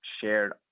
shared